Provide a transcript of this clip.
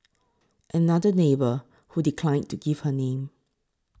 another neighbour who declined to give her name